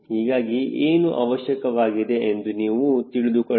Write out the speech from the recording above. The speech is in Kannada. ಹೀಗಾಗಿ ಏನೂ ಅವಶ್ಯಕವಾಗಿದೆ ಎಂದು ನೀವು ತಿಳಿದುಕೊಳ್ಳಬಹುದು